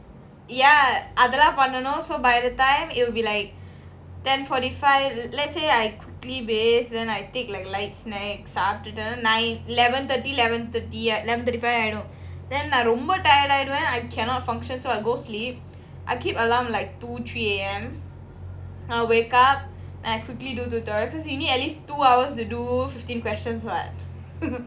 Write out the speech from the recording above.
ya அதெல்லாம்பண்ணனும்:adhellam pannanum so by the time it will be like ten forty five let's say I quickly bathe then I take like light snacks சாப்டுட்டு:saptutu nine eleven thirty eleven thirty five ஆயிடும்:ayidum then ரொம்ப:romba tired ஆயிடுவேன்:ayiduven I cannot function so I go sleep I keep alarm like two three A_M I will wake up and quickly do tutorials cause you need at least two hours to do fifteen questions [what]